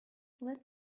let